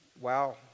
Wow